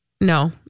No